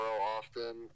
often